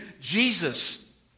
Jesus